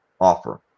offer